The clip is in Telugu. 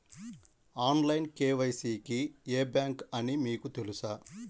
ఆన్లైన్ కే.వై.సి కి ఏ బ్యాంక్ అని మీకు తెలుసా?